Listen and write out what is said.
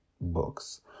books